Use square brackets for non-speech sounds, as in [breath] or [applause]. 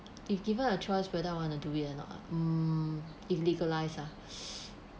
if given a choice whether I want to do it or not mm if legalised ah [breath]